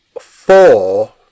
four